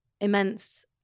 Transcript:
immense